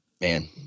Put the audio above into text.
Man